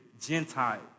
Gentile